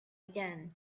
again